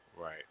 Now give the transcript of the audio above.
Right